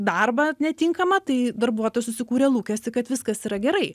darbą netinkamą tai darbuotojas susikūrė lūkestį kad viskas yra gerai